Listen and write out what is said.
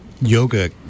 yoga